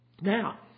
Now